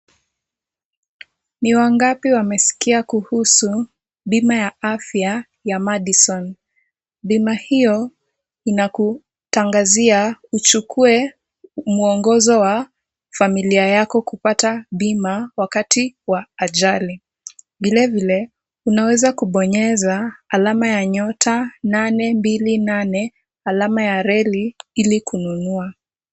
Ni wangapi wamesikia kuhusu bima ya afya ya Madison, bima hiyo inakutangazia uchukue mwongozo wa familia yako kupata bima wakati wa ajali. Vilevile, unaweza kubonyeza alama ya nyota nane mbili nane alama ya reli ili kununua.